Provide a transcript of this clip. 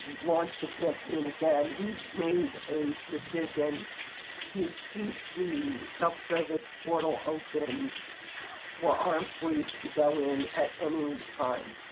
launch the campaign again, we made a decision to keep the self service portal open for our employees to go in at any time.